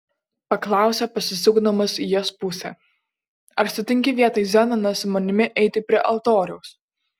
paklausė pasisukdamas į jos pusę ar sutinki vietoj zenono su manimi eiti prie altoriaus